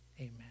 Amen